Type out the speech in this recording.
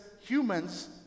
humans